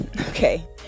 Okay